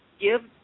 Give